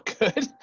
good